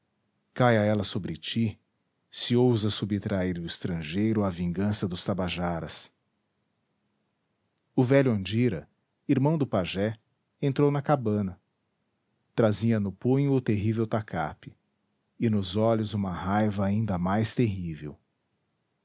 caia ela sobre ti se ousas subtrair o estrangeiro à vingança dos tabajaras o velho andira irmão do pajé entrou na cabana trazia no punho o terrível tacape e nos olhos uma raiva ainda mais terrível